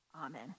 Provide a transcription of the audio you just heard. Amen